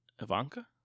Ivanka